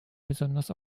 besonders